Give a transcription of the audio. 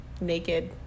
naked